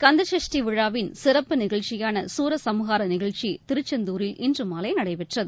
கந்தசஷ்டி விழாவின் சிறப்பு நிகழ்ச்சியான சூரசம்ஹார நிகழ்ச்சி திருச்செந்தூரில் இன்று மாலை நடைபெற்றகு